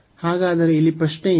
ಹಾಗಾದರೆ ಇಲ್ಲಿ ಪ್ರಶ್ನೆ ಏನು